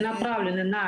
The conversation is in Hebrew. (מדברת